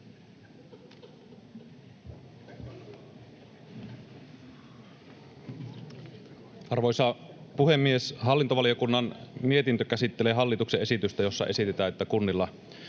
Arvoisa puhemies! Hallintovaliokunnan mietintö käsittelee hallituksen esitystä, jossa esitetään, että kunnilla